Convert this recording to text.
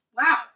wow